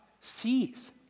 sees